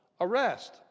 arrest